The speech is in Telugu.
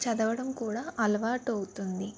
చదవడం కూడా అలవాటు అవుతుంది